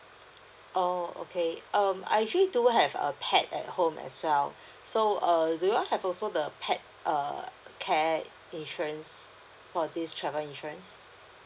oh okay um I actually do have a pet at home as well so err do you all have also the pet err care insurance for this travel insurance